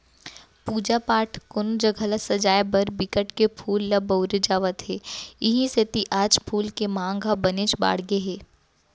पूजा पाठ, कोनो जघा ल सजाय बर बिकट के फूल ल बउरे जावत हे इहीं सेती आज फूल के मांग ह बनेच बाड़गे गे हे